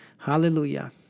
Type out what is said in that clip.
Hallelujah